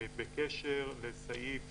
בקשר לסעיף